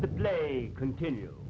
the play continue